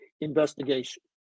investigation